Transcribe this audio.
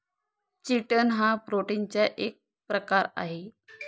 chitin हा प्रोटीनचा एक प्रकार आहे